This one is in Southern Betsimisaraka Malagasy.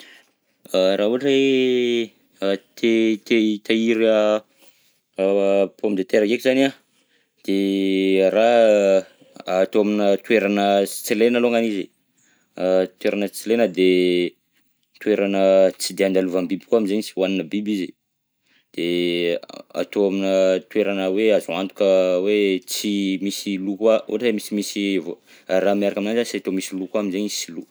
Raha ohatra hoe a te te hitahiry a a pomme de terre ndreky zany an, de raha atao aminà toerana tsy lena alongany izy, a toerana tsy lena de toerana tsy de andalovana biby koa am'zegny tsy ohanina biby izy, de atao aminà toerana hoe azo antoka hoe tsy misy lo koa, ohatra hoe misimisy voa, raha miaraka aminanjy tsy atao misy lo koa gny am'zegny izy tsy lo.